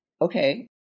okay